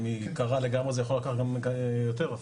אם היא קרה לגמרי זה יכול לקחת גם יותר אפילו.